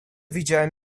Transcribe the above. widziałem